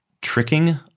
tricking